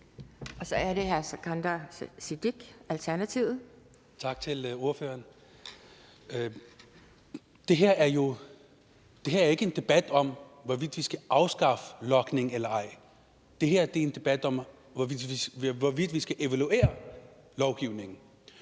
Kl. 10:13 Sikandar Siddique (ALT): Tak til ordføreren. Det her er ikke en debat om, hvorvidt vi skal afskaffe logning eller ej. Det her er en debat om, hvorvidt vi skal evaluere lovgivningen.